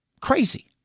crazy